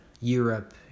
Europe